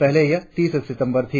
पहले यह तीस सितंबर था